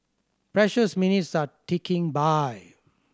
precious minutes are ticking by